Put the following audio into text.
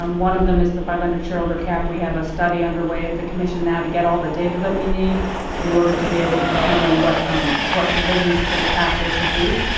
um one of them is the five hundred shareholder cap. we have a study underway at the commission now to get all the data that we need in order to be able to determine what um what revisions to the cap there should be.